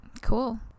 Cool